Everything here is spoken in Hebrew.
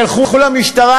תלכו למשטרה,